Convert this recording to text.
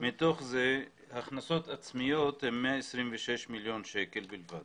מתוך זה הכנסות עצמיות הן 126 מיליון שקלים בלבד.